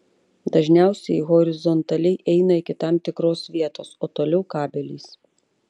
dažniausiai horizontaliai eina iki tam tikros vietos o toliau kabeliais